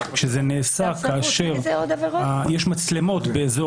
זה נעשה כשיש מצלמות באזור.